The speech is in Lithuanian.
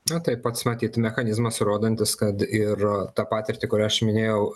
na tai pats matyt mechanizmas rodantis kad ir tą patirtį kurią aš minėjau